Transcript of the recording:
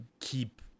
keep